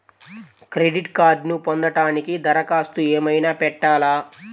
Credit కార్డ్ను పొందటానికి దరఖాస్తు ఏమయినా పెట్టాలా?